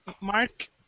Mark